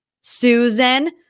Susan